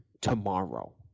tomorrow